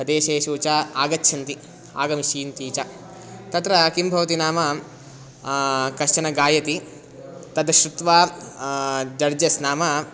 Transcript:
प्रदेशेषु च आगच्छन्ति आगमिष्यन्ति च तत्र किं भवति नाम कश्चन गायति तद् श्रुत्वा जड्जस् नाम